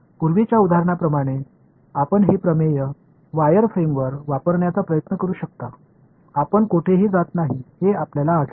पूर्वीच्या उदाहरणाप्रमाणे आपण हे प्रमेय वायर फ्रेमवर वापरण्याचा प्रयत्न करू शकता आपण कोठेही जात नाही हे आपल्याला आढळेल